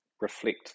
reflect